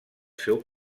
seu